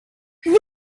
zero